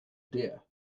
dear